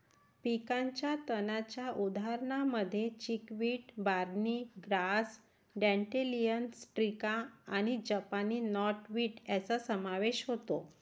पिकाच्या तणांच्या उदाहरणांमध्ये चिकवीड, बार्नी ग्रास, डँडेलियन, स्ट्रिगा आणि जपानी नॉटवीड यांचा समावेश होतो